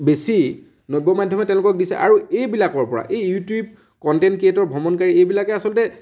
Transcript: বেছি নব্য মাধ্য়মে তেওঁলোকক দিছে আৰু এইবিলাকৰ পৰা এই ইউটিউব কণ্টেন্ট ক্ৰিয়েটৰ ভ্ৰমণকাৰী এইবিলাকে আচলতে